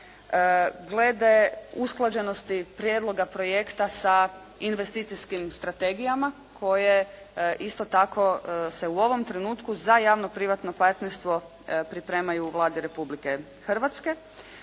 glede usklađenosti prijedloga projekta sa investicijskim strategijama koje isto tako se u ovom trenutku za javno-privatno partnerstvo pripremaju u Vladi Republike Hrvatske,